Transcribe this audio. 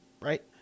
right